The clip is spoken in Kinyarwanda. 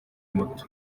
moto